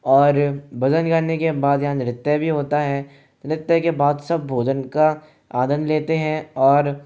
और भजन गाने के बाद यहाँ नृत्य भी होता है नृत्य के बाद सब भोजन का आनंद लेते हैं और